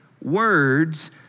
Words